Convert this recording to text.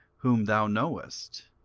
whom thou knowest,